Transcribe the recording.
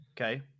Okay